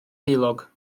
heulog